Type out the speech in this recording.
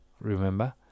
remember